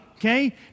Okay